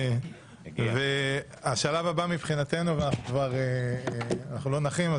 אנחנו לא נחים,